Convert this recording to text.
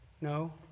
No